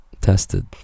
tested